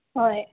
হয়